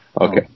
Okay